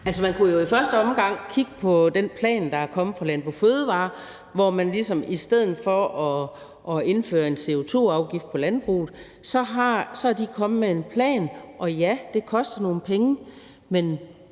Man kunne jo i første omgang kigge på den plan, der er kommet fra Landbrug & Fødevarer, hvor man ligesom i stedet for at indføre en CO2-afgift på landbruget er kommet med en plan. Og ja, det koster nogle penge, men